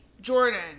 Jordan